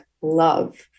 love